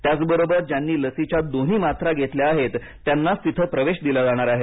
त्याचबरोबर ज्यांनी लसीच्या दोन्ही मात्रा घेतल्या आहेत त्यानाच तिथे प्रवेश दिला जाणार आहे